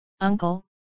uncle